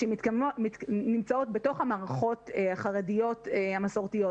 שנמצאים בתוך המערכות החרדיות המסורתיות,